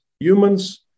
Humans